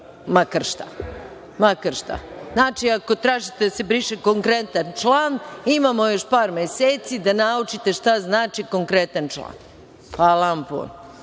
makar šta. Znači, ako tražite da se briše konkretan član, imamo još par meseci da naučite šta znači konkretan član. Hvala vam puno.